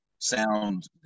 sound